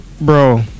bro